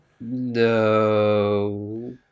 No